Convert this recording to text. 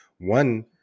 one